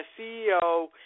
CEO